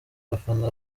abafana